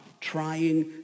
trying